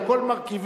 על כל מרכיביה,